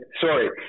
Sorry